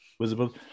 visible